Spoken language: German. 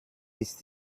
ist